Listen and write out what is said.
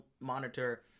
monitor